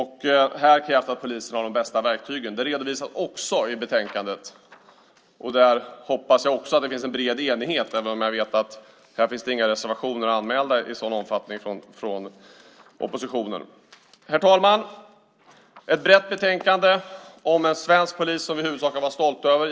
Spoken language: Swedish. Här krävs att polisen har de bästa verktygen. Detta redovisas i betänkandet, och där hoppas jag också att det finns en bred enighet. Det finns inga reservationer anmälda från oppositionen. Herr talman! Detta är ett brett betänkande om svensk polis som vi huvudsakligen kan vara stolta över.